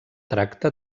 tracta